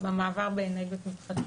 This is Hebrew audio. במעבר באנרגיות מתחדשות.